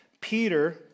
Peter